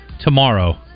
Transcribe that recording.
tomorrow